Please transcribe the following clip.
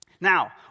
Now